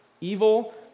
Evil